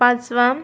पाचवा